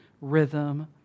rhythm